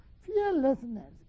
fearlessness